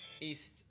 east